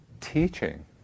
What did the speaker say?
teaching